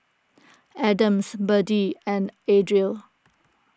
Adams Biddie and Adriel